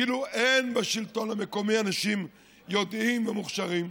כאילו אין בשלטון המקומי אנשים יודעים ומוכשרים,